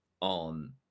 on